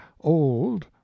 old